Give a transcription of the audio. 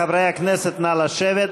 חברי הכנסת, נא לשבת.